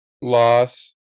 loss